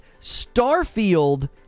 Starfield